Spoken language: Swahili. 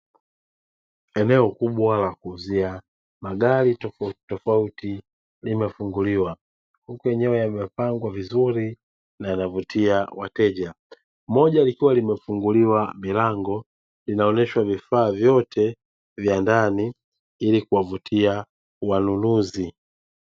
Eneo kubwa la kuuzia magari tofautitofauti limefunguliwa, huku yenyewe yamepangwa vizuri na yanavutia wateja; moja likiwa limefunguliwa milango linaonyesha vifaa vyote vya ndani ili kuwavutia wanunuzi.